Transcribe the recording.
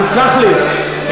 תסלח לי,